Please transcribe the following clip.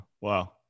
Wow